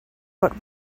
but